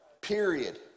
Period